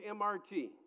MRT